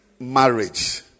marriage